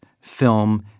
film